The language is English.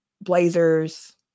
Blazers